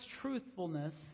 truthfulness